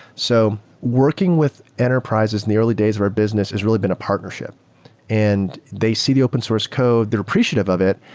so working with enterprises in the early days of our business has really been a partnership and they see the open source code. they're appreciate of of it.